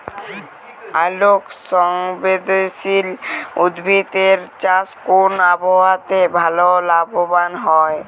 আলোক সংবেদশীল উদ্ভিদ এর চাষ কোন আবহাওয়াতে ভাল লাভবান হয়?